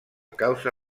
causa